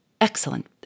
Excellent